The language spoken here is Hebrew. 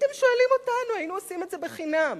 הייתם שואלים אותנו, היינו עושים את זה חינם